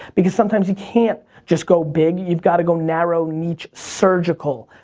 because sometimes you can't just go big, you've gotta go narrow, niche, surgical.